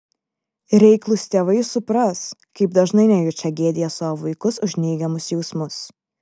reiklūs tėvai supras kaip dažnai nejučia gėdija savo vaikus už neigiamus jausmus